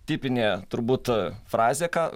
tipinė turbūt frazė ką